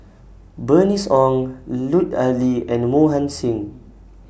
Bernice Ong Lut Ali and Mohan Singh